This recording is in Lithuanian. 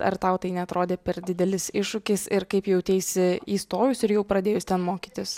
ar tau tai neatrodė per didelis iššūkis ir kaip jauteisi įstojus ir jau pradėjus ten mokytis